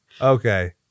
Okay